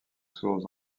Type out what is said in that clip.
source